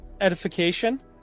edification